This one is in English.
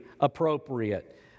appropriate